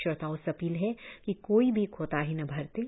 श्रोताओं से अपील है कि कोई भी कोताही न बरतें